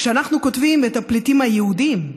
כשאנחנו כותבים "פליטים יהודים",